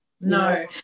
no